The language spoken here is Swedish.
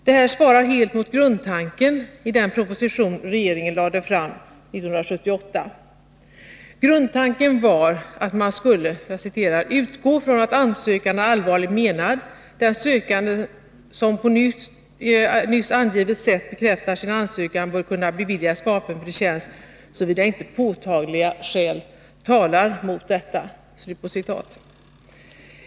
Detta svarar helt mot grundtanken i den proposition som lades fram 1978. Grundtanken var att man skulle ”utgå från att ansökan är allvarligt menad, den sökande som på nyss angivet sätt bekräftar sin ansökan bör därför beviljas vapenfri tjänst såvida inte påtagliga skäl talar mot detta”.